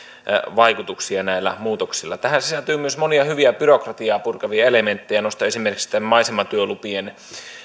vaikutuksia tähän sisältyy myös monia hyviä byrokratiaa purkavia elementtejä nostan esimerkiksi tämän maisematyölupien